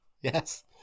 Yes